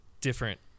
different